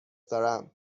دارم